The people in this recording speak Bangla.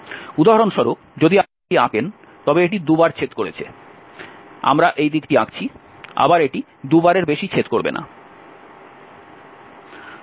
উদাহরণস্বরূপ যদি আপনি এটি আঁকেন তবে এটি 2 বার ছেদ করছে আমরা এই দিকটি আঁকছি আবার এটি 2 বারের বেশি ছেদ করবে না